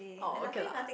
oh okay lah